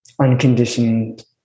unconditioned